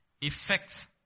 effects